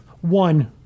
One